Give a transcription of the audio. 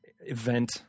event